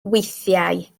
weithiau